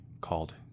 called